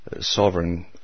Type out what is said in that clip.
Sovereign